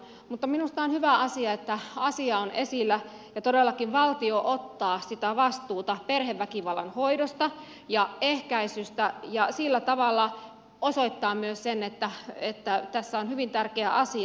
mutta minusta on hyvä asia että asia on esillä ja todellakin valtio ottaa sitä vastuuta perheväkivallan hoidosta ja ehkäisystä ja sillä tavalla osoittaa myös sen että tässä on hyvin tärkeä asia